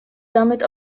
damit